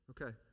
Okay